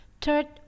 Third